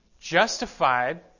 justified